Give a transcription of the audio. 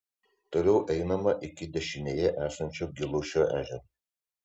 toliau einama iki dešinėje esančio giluišio ežero